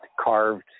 carved